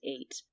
eight